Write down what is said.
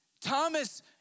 Thomas